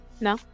No